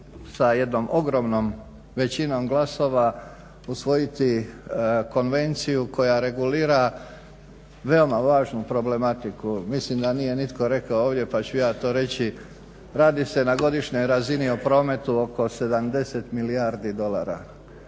sa jednom ogromnom većinom glasova usvojiti konvenciju koja regulira veoma važnu problematiku. Mislim da nije nitko rekao ovdje pa ću ja to reći. Radi se na godišnjoj razini o prometu oko 70 milijardi dolara.